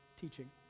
teaching